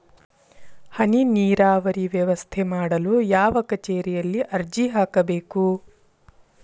ಹನಿ ನೇರಾವರಿ ವ್ಯವಸ್ಥೆ ಮಾಡಲು ಯಾವ ಕಚೇರಿಯಲ್ಲಿ ಅರ್ಜಿ ಹಾಕಬೇಕು?